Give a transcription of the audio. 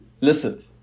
Listen